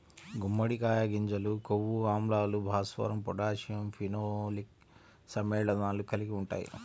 గుమ్మడికాయ గింజలు కొవ్వు ఆమ్లాలు, భాస్వరం, పొటాషియం, ఫినోలిక్ సమ్మేళనాలు కలిగి ఉంటాయి